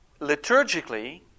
liturgically